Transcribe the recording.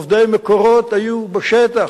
עובדי "מקורות" היו בשטח,